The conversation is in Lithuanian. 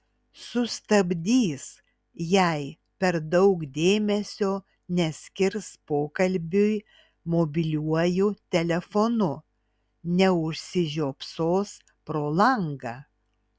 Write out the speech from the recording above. sustabdys jei per daug dėmesio neskirs pokalbiui mobiliuoju telefonu neužsižiopsos pro langą